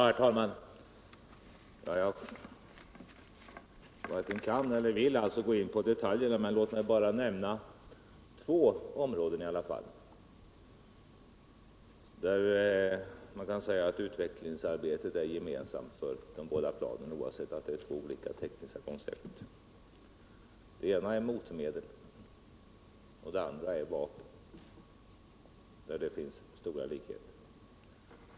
Herr talman! Jag varken kan eller vill gå in på detaljerna, men låt mig i alla fall bara nämna två områden, där man kan säga att utvecklingsarbetet är gemensamt för de båda planen oavsett att det är två olika tekniska koncept. Det ena är motmedel och det andra är vapen, där det finns stora likheter.